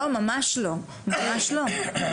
לא, ממש לא, ממש לא.